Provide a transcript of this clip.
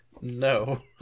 No